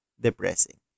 depressing